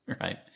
right